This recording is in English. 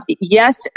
yes